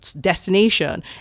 destination